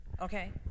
Okay